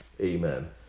Amen